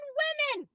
women